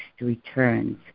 returns